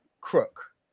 crook